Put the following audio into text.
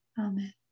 Amen